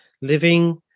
living